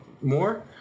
more